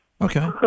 okay